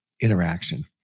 interaction